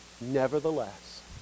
nevertheless